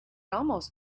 almost